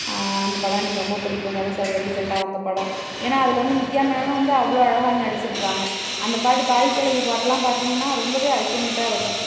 அந்த படம் எனக்கு ரொம்ப பிடிக்கும் தனுஸ் சாரோடது ரீசென்ட்டாக வந்த படம் ஏன்னால் அதில் வந்து நித்யாமேனனும் வந்து அவ்வளோ அழகாக நடிச்சுருப்பாங்க அந்த பாட்டு தாய்க்கிழவி பாட்டெலாம் பார்த்திங்கன்னா ரொம்பவே அல்ட்டிமேட்டாக இருக்கும்